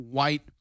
white